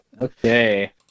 Okay